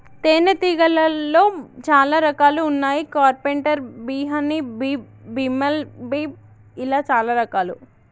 తేనే తీగలాల్లో చాలా రకాలు వున్నాయి carpenter bee honey bee, bumble bee ఇలా చాలా రకాలు